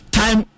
time